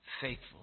faithful